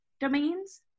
domains